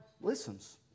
listens